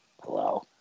Hello